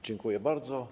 Dziękuję bardzo.